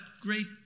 great